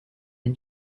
and